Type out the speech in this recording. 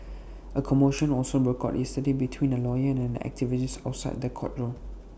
A commotion also broke out yesterday between A lawyer and an activist outside the courtroom